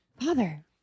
Father